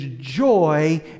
joy